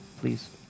please